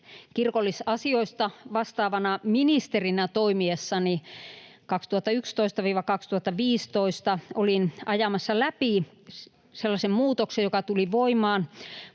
kirkollisasioista vastaavana ministerinä toimiessani 2011—2015 olin ajamassa läpi sellaisen muutoksen, joka tuli voimaan